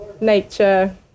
Nature